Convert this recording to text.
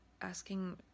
asking